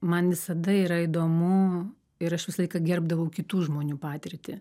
man visada yra įdomu ir aš visą laiką gerbdavau kitų žmonių patirtį